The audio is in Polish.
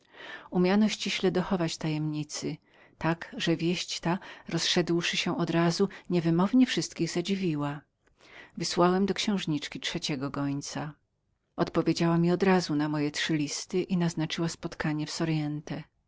umiano ściśle dochować tajemnicy tak że wieść ta rozszedłszy się od razu niewymownie wszystkich zadziwiła wysłałem do księżniczki trzeciego gońca odpowiedziała mi odrazu na moje trzy listy i naznaczyła spotkanie w